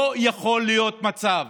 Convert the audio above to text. לא יכול להיות מצב